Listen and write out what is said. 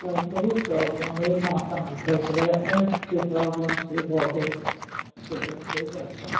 तऽ बहुत प्रॉब्लम माथा दुखाइत रहैए आँखिके प्रॉब्लम से भऽ गेल